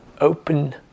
open